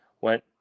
went